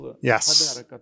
Yes